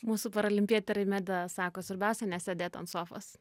mūsų paralimpietė reimeda sako svarbiausia nesėdėt ant sofos